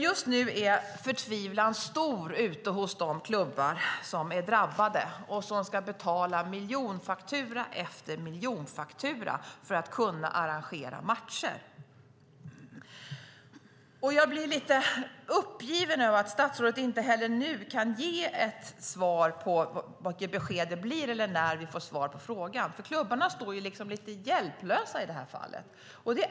Just nu är förtvivlan stor hos de klubbar som är drabbade och som ska betala miljonfaktura efter miljonfaktura för att kunna arrangera matcher. Jag blir lite uppgiven över att statsrådet inte heller nu kan säga vilket besked det blir eller när vi får svar på frågan. Klubbarna är lite hjälplösa i det här fallet.